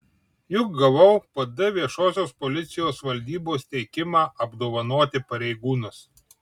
juk gavau pd viešosios policijos valdybos teikimą apdovanoti pareigūnus